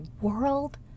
world